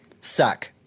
Suck